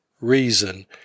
reason